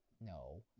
No